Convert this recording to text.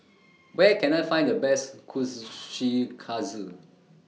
Where Can I Find The Best Kushikatsu